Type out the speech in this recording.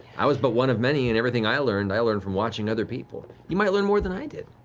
i was but one of many and everything i learned, i learned from watching other people. you might learn more than i did!